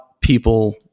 people